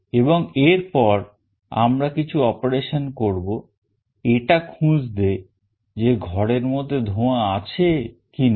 এবং এরপর আমরা কিছু operation করব এটা খুঁজতে যে ঘরের মধ্যে ধোঁয়া আছে কি নেই